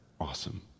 awesome